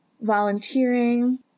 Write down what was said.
volunteering